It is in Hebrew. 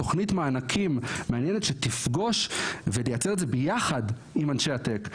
תוכנית מענקים מעניינת שתפגוש ותייצר את זה ביחד עם אנשי הטק.